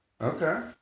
Okay